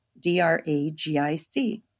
D-R-A-G-I-C